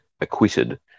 acquitted